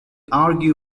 argue